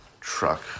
truck